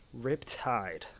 Riptide